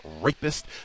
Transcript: rapist